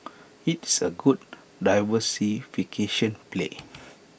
it's A good diversification play